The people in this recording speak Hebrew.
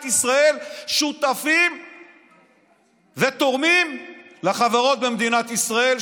ישראל שותפים ותורמים לחברות במדינת ישראל,